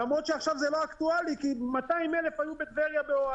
למרות שעכשיו זה לא אקטואלי כי 200,000 היו בטבריה באוהלים.